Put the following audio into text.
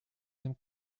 dem